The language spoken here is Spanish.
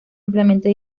ampliamente